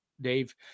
Dave